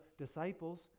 disciples